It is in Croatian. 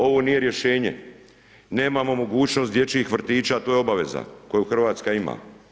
Ovo nije rješenje, nemamo mogućnost dječjih vrtića a to je obaveza koje Hrvatska ima.